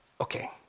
okay